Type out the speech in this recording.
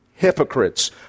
Hypocrites